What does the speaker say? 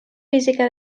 física